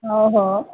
हो हो